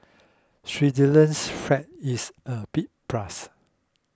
Switzerland's flag is a big plus